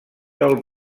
del